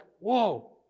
whoa